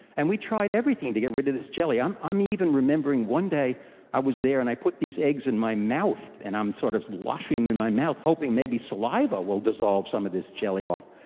and we tried everything to get rid of this jelly. i'm i'm even remembering one day i was there and i put these eggs in my mouth, and i'm sort of washing them in my mouth hoping maybe saliva saliva will dissolve some of this jelly off.